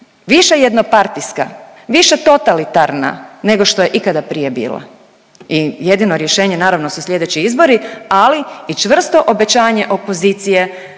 više jednopartijska, više totalitarna nego što je ikada prije bila i jedino rješenje naravno su slijedeći izbori ali i čvrsto obećanje opozicije